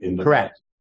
Correct